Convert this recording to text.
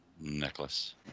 necklace